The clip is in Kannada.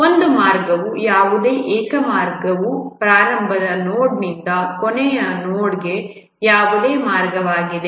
ಒಂದು ಮಾರ್ಗವು ಯಾವುದೇ ಏಕ ಮಾರ್ಗವು ಪ್ರಾರಂಭದ ನೋಡ್ನಿಂದ ಕೊನೆಯ ನೋಡ್ಗೆ ಯಾವುದೇ ಮಾರ್ಗವಾಗಿದೆ